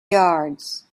yards